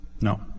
No